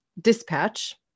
dispatch